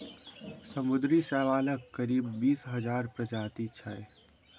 समुद्री शैवालक करीब बीस हजार प्रजाति छै